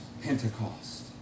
Pentecost